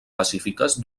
pacífiques